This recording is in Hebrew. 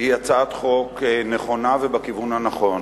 הצעת חוק נכונה ובכיוון הנכון.